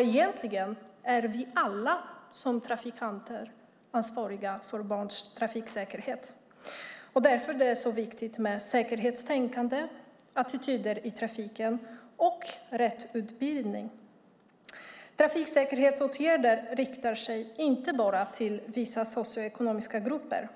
Egentligen är vi alla som trafikanter ansvariga för barns trafiksäkerhet. Därför är det viktigt med säkerhetstänkande, attityder i trafiken och rätt utbildning. Trafiksäkerhetsåtgärder riktar sig inte bara till vissa socioekonomiska grupper